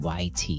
YT